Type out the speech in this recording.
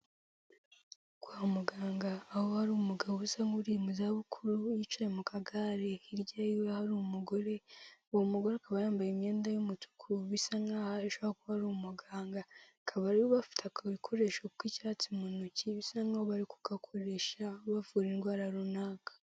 Kwa muganga aho hari umugabo usa nk'uri mu za bukuru yicaye mu kagare hirya iwe hari umugore uwo mugore akaba yambaye imyenda y'umutuku bisa nkaho yaba ari umuganga akaba ariwe wafataga ibikoresho icyatsi mu ntoki bisa naho bari kugakoresha bavura indwara runaka.